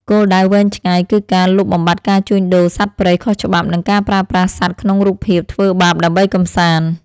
គោលដៅវែងឆ្ងាយគឺការលុបបំបាត់ការជួញដូរសត្វព្រៃខុសច្បាប់ និងការប្រើប្រាស់សត្វក្នុងរូបភាពធ្វើបាបដើម្បីកម្សាន្ត។